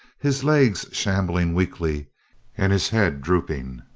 his legs shambling weakly and his head drooping,